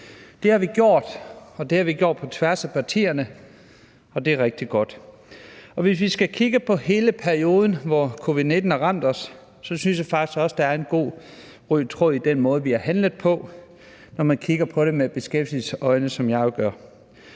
Det har vi gjort, og vi har gjort det på tværs af partierne, og det er rigtig godt. Og hvis vi skal kigge på hele perioden, hvor covid-19 har ramt os, så synes jeg faktisk også, der er en god rød tråd i den måde, vi har handlet på, når man kigger på det med øje for beskæftigelse, som jeg jo gør.